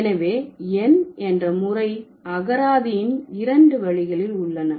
எனவே எண் என்ற முறை அகராதியின் இரண்டு வழிகளில் உள்ளன